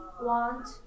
want